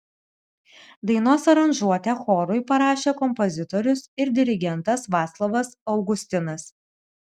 dainos aranžuotę chorui parašė kompozitorius ir dirigentas vaclovas augustinas